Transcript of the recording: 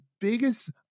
biggest